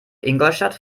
ingolstadt